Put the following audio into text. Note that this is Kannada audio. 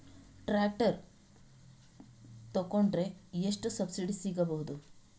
ಟ್ರ್ಯಾಕ್ಟರ್ ತೊಕೊಂಡರೆ ಎಷ್ಟು ಸಬ್ಸಿಡಿ ಸಿಗಬಹುದು?